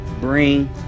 bring